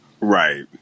Right